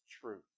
truth